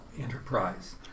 enterprise